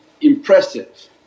impressive